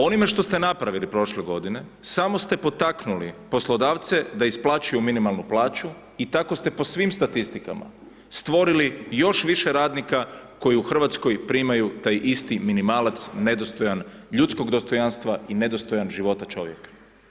Onime što ste napravili prošle godine samo ste potaknuli poslodavce da isplaćuju minimalnu plaću i tako ste po svim statistikama stvorili još više radnika koji u Hrvatskoj primaju taj isti minimalac nedostojan ljudskog dostojanstva i nedostojan života čovjeka.